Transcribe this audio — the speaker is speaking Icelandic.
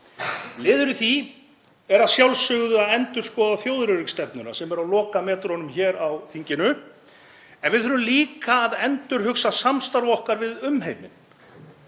Liður í því er að sjálfsögðu að endurskoða þjóðaröryggisstefnuna sem er á lokametrunum hér á þinginu, en við þurfum líka að endurhugsa samstarf okkar við umheiminn.